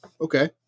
okay